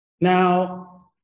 Now